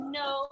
no